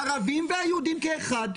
ערבים ויהודים כאחד,